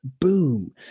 boom